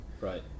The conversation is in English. Right